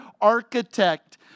architect